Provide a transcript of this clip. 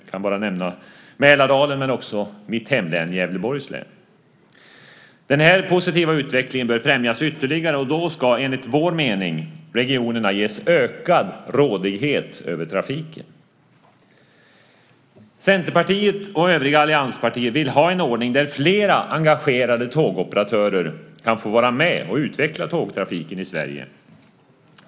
Jag kan bara nämna Mälardalen men också mitt hemlän Gävleborgs län. Denna positiva utveckling bör främjas ytterligare, och då ska enligt vår mening regionerna ges ökad rådighet över trafiken. Centerpartiet och övriga allianspartier vill ha en ordning där flera engagerade tågoperatörer kan få vara med och utveckla tågtrafiken i Sverige.